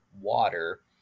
water